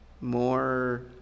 more